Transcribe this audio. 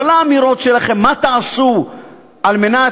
לא לאמירות שלכם מה תעשו על מנת,